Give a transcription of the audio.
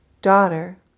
Daughter